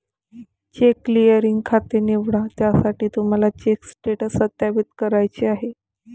check clearing खाते निवडा ज्यासाठी तुम्हाला चेक स्टेटस सत्यापित करायचे आहे